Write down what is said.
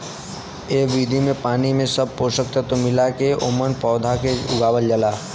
एह विधि में पानी में सब पोषक तत्व मिला के ओमन पौधा के उगावल जाला